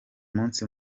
munsi